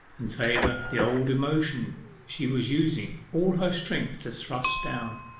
and favour the old emotion she was using all her strength to thrust down.